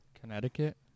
Connecticut